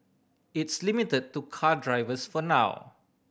it's limit to car drivers for now